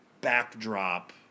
backdrop